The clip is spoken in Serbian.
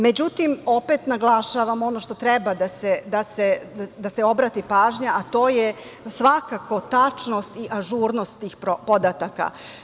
Međutim, opet naglašavam ono na šta treba da se obrati pažnja, a to je svakako tačnost i ažurnost tih podataka.